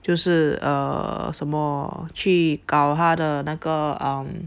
就是 err 什么去搞他的那个 um